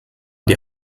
die